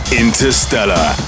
interstellar